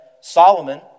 Solomon